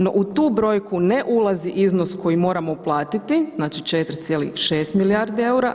No, u tu brojku ne ulazi iznos koji moramo platiti znači, 4,6 milijardi eura.